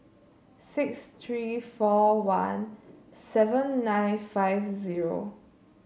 six three four one seven nine five zero